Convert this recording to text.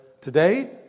today